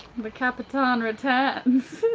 the captain returns,